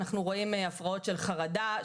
אנחנו רואים הפרעות של חרדה,